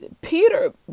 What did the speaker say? Peter